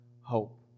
Hope